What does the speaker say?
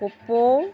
কপৌ